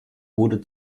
wurde